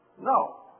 No